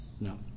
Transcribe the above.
No